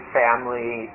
family